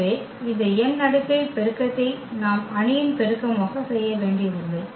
எனவே இந்த n அடுக்கை பெருக்கத்தை நாம் அணியின் பெருக்கமாக செய்ய வேண்டியதில்லை